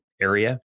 area